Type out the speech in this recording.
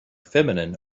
feminine